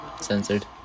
Censored